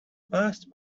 past